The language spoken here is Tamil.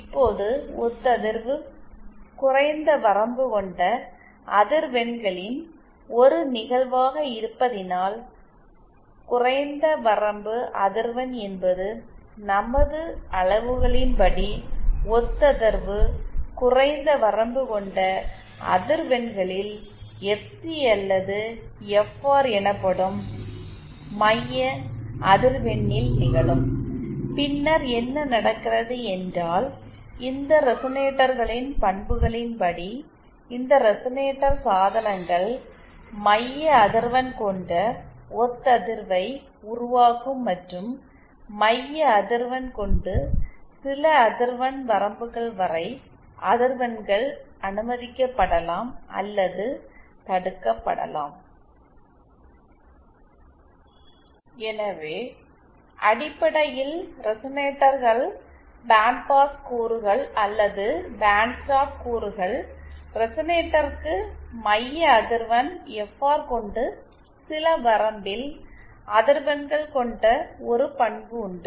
இப்போது ஒத்ததிர்வு குறைந்த வரம்பு கொண்ட அதிர்வெண்களின் ஒரு நிகழ்வாக இருப்பதினால் குறைந்த வரம்பு அதிர்வெண் என்பது நமது அளவுகளின் படி ஒத்ததிர்வு குறைந்த வரம்பு கொண்ட அதிர்வெண்களில் எஃப்சி அல்லது எஃப்ஆர் எனப்படும் மைய அதிர்வெண்ணில் நிகழும் பின்னர் என்ன நடக்கிறது என்றால் இந்த ரெசனேட்டர்களின் பண்புகளின் படி இந்த ரெசனேட்டர் சாதனங்கள் மைய அதிர்வெண் கொண்ட ஒத்ததிர்வை உருவாக்கும் மற்றும் மைய அதிர்வெண் கொண்டு சில அதிர்வெண் வரம்புகள் வரை அதிர்வெண்கள் அனுமதிக்கப்படலாம் அல்லது தடுக்கப்படலாம் எனவே அடிப்படையில் ரெசெனேட்டர்கள் பேண்ட்பாஸ் கூறுகள் அல்லது பேண்ட்ஸ்டாப் கூறுகள் ரெசனேட்டருக்கு மைய அதிர்வெண் எஃப்ஆர் கொண்டு சில வரம்பில் அதிர்வெண்கள் கொண்ட ஒரு பண்பு உண்டு